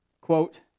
Quote